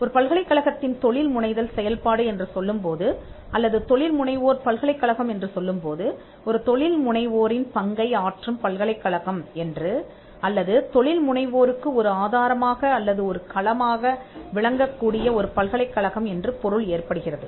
ஒரு பல்கலைக்கழகத்தின் தொழில் முனைதல் செயல்பாடு என்று சொல்லும்போது அல்லது தொழில் முனைவோர் பல்கலைக்கழகம் என்று சொல்லும்போது ஒரு தொழில்முனைவோரின் பங்கை ஆற்றும் பல்கலைக்கழகம் என்று அல்லது தொழில் முனைவோருக்கு ஒரு ஆதாரமாக அல்லது ஒரு களமாக விளங்கக்கூடிய ஒரு பல்கலைக்கழகம் என்று பொருள் ஏற்படுகிறது